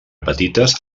petites